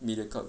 mediacorp